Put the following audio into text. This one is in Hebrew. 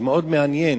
מאוד מעניין